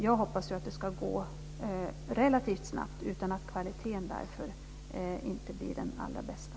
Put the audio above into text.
Jag hoppas att det ska gå relativt snabbt utan att kvaliteten därför inte blir den allra bästa.